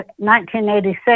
1986